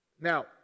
now